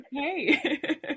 okay